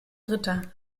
dritter